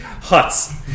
huts